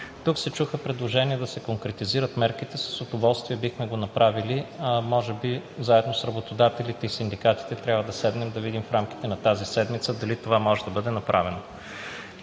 Тук се чуха предложения да се конкретизират мерките – с удоволствие бихме го направили. Може би с работодателите и със синдикатите трябва да седнем в рамките на тази седмица и да видим дали това може да бъде направено.